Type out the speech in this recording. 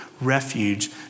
refuge